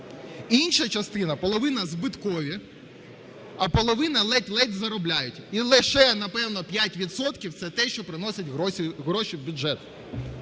Інша частина - половина збиткові, а половина ледь-ледь заробляють. І лише, напевно, 5 відсотків – це те, що приносить гроші в бюджет.